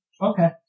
Okay